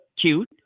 cute